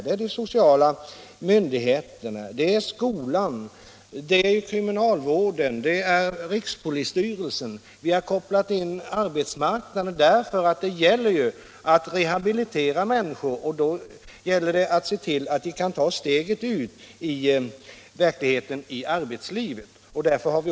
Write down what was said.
Det är de sociala myndigheterna, det är skolan, det är kriminalvården, det är rikspolisstyrelsen, vi har kopplat in arbetsmarknaden; det gäller ju att rehabilitera människor, och då gäller det att se till att de kan ta steget ut i arbetslivet.